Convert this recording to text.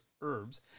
Herbs